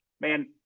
man